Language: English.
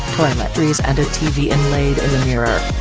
toiletries and a tv inlaid in the mirror.